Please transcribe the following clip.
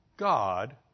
God